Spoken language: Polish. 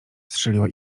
strzeliła